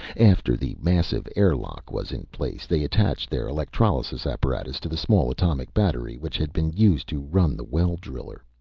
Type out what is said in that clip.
after the massive airlock was in place, they attached their electrolysis apparatus to the small atomic battery, which had been used to run the well-driller.